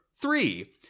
Three